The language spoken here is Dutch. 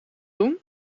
doen